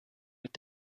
mit